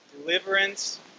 deliverance